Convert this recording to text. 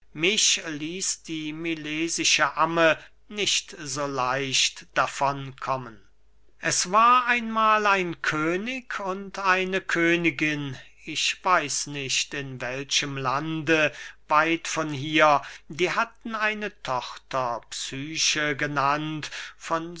die milesische amme nicht so leicht davon kommen christoph martin wieland es war einmahl ein könig und eine königin ich weiß nicht in welchem lande weit von hier die hatten eine tochter psyche genannt von